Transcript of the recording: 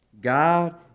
God